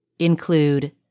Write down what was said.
include